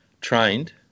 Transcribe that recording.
trained